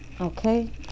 Okay